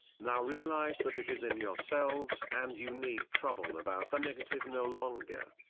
now realise that it is in yourselves and you need trouble about the negative no longer.